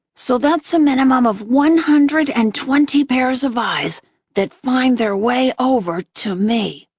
so that's a minimum of one hundred and twenty pairs of eyes that find their way over to me.